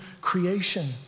creation